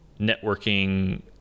networking